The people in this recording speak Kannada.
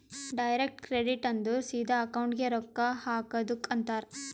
ಡೈರೆಕ್ಟ್ ಕ್ರೆಡಿಟ್ ಅಂದುರ್ ಸಿದಾ ಅಕೌಂಟ್ಗೆ ರೊಕ್ಕಾ ಹಾಕದುಕ್ ಅಂತಾರ್